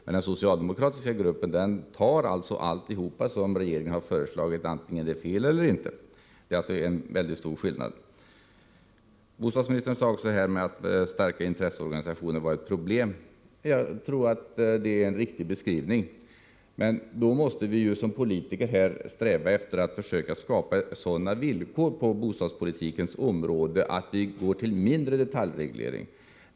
Men den socialdemokratiska gruppen godtar alltihop som regeringen har föreslagit, antingen det är fel eller inte. Det är alltså en väldigt stor skillnad. Bostadsministern sade också att starka intresseorganisationer var ett problem. Jag tror att det är en riktig beskrivning. Men då måste vi ju som politiker sträva efter att skapa sådana villkor på bostadspolitikens område som innebär mindre detaljreglering.